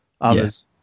others